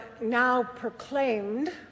now-proclaimed